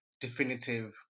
definitive